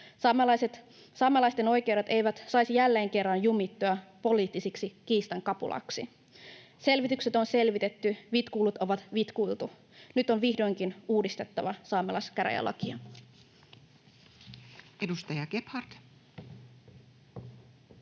Saamelaisten oikeudet eivät saisi jälleen kerran jumittua poliittiseksi kiistan kapulaksi. Selvitykset on selvitetty, vitkuilut on vitkuiltu. Nyt on vihdoinkin uudistettava saamelaiskäräjälakia. [Speech